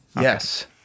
Yes